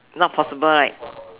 not possible right